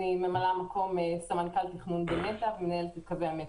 ממלאת מקום סמנכ"ל תכנון בנת"ע ומנהלת את קווי המטרו.